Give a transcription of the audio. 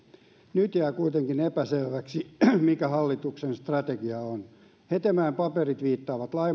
nyt jää kuitenkin epäselväksi mikä hallituksen strategia on hetemäen paperit viittaavat